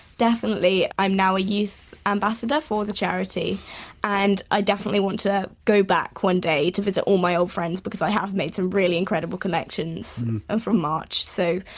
definitely, i'm now a youth ambassador for the charity and i definitely want to go back one day to visit all my old friends because i have made some really incredible connections ah from march. so,